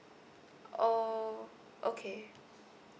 oh okay